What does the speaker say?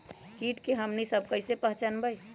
किट के हमनी सब कईसे पहचान बई?